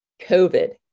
COVID